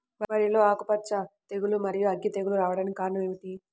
వరిలో ఆకుమచ్చ తెగులు, మరియు అగ్గి తెగులు రావడానికి కారణం ఏమిటి?